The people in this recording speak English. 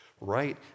Right